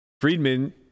Friedman